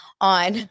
on